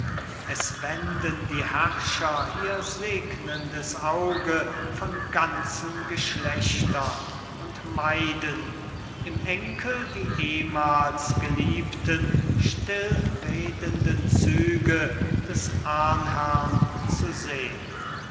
es wenden die herrscher ihr segnendes auge von ganzen geschlechtern und meiden im enkel die ehmals geliebten still redenden züge des ahnherrn zu sehn